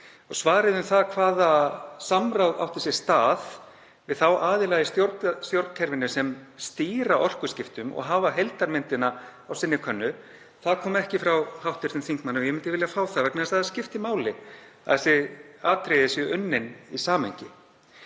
Svarið um það hvaða samráð átti sér stað við þá aðila í stjórnkerfinu sem stýra orkuskiptum og hafa heildarmyndina á sinni könnu kom ekki frá hv. þingmanni. Ég myndi vilja fá það vegna þess að það skiptir máli að þessi atriði séu unnin í samhengi.